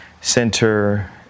center